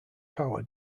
power